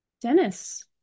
dennis